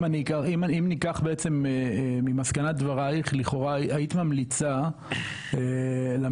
אם ניקח בעצם ממסקנת דבריך לכאורה היית ממליצה למציע,